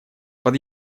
под